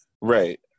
Right